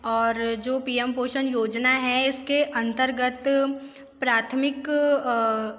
और जो P M पोषण योजना है इसके अंतर्गत प्राथमिक